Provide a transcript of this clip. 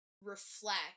reflect